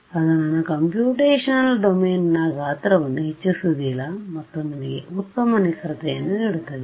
ಅದು ನನ್ನ ಕಂಪ್ಯೂಟೇಶನಲ್ ಡೊಮೇನ್ನ ಗಾತ್ರವನ್ನು ಹೆಚ್ಚಿಸುವುದಿಲ್ಲ ಮತ್ತು ನನಗೆ ಉತ್ತಮ ನಿಖರತೆಯನ್ನು ನೀಡುತ್ತದೆ